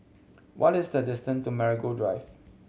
what is the distance to Marigold Drive